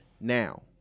Now